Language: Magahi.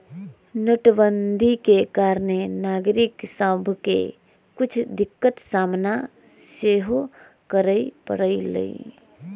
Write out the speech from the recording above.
नोटबन्दि के कारणे नागरिक सभके के कुछ दिक्कत सामना सेहो करए परलइ